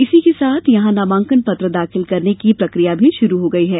इसी के साथ यहां नामांकन पत्र दाखिल करने की प्रकिया भी शुरू हो गई है